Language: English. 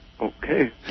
Okay